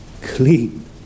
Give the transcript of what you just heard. clean